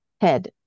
head